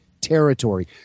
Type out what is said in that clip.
territory